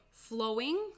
flowing